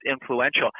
influential